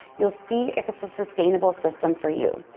you'll see if it's a sustainable system for you.